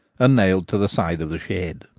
and nailed to the side of the shed.